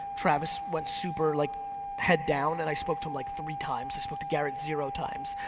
travis went super like head down and i spoke to him like three times. i spoke to garrett zero times.